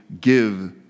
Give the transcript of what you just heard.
give